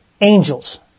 angels